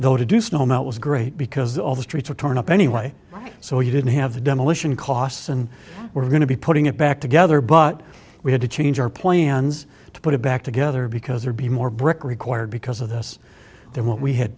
though to do snow melt was great because all the streets were torn up anyway so we didn't have the demolition costs and we're going to be putting it back together but we had to change our plans to put it back together because there'd be more brick required because of this there what we had